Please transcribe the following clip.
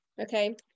okay